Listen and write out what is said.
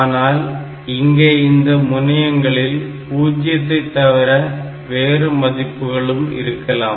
ஆனால் இங்கே இந்த முனையங்களில் பூஜ்ஜியத்தை தவிர வேறு மதிப்புகளும் இருக்கலாம்